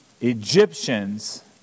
Egyptians